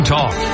Talk